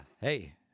Hey